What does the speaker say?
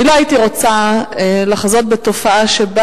אני לא הייתי רוצה לחזות בתופעה שבה